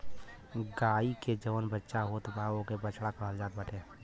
गाई के जवन बच्चा होत बा ओके बछड़ा कहल जात बाटे